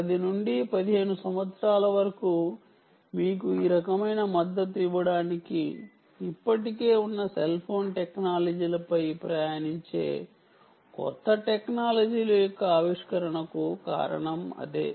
10 నుండి 15 సంవత్సరాల వరకు మీకు ఈ రకమైన మద్దతు ఇవ్వడానికి ఇప్పటికే ఉన్న సెల్ ఫోన్ టెక్నాలజీలపై ప్రయాణించే కొత్త టెక్నాలజీల యొక్క ఆవిష్కరణకు కారణం అదే